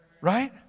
Right